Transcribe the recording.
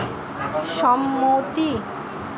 সম্মতি